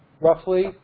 roughly